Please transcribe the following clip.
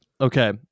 Okay